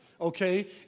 Okay